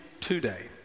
today